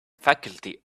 faculty